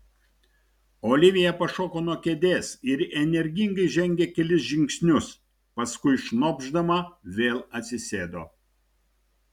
olivija pašoko nuo kėdės ir energingai žengė kelis žingsnius paskui šnopšdama vėl atsisėdo